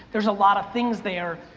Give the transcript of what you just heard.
there's a lot of things there,